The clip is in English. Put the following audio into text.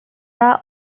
are